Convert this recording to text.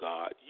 God